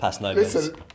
listen